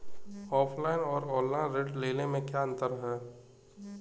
Offline और online ऋण लेने में क्या अंतर है?